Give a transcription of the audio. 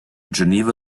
geneva